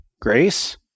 Grace